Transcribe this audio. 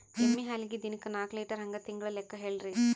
ಎಮ್ಮಿ ಹಾಲಿಗಿ ದಿನಕ್ಕ ನಾಕ ಲೀಟರ್ ಹಂಗ ತಿಂಗಳ ಲೆಕ್ಕ ಹೇಳ್ರಿ?